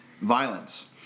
violence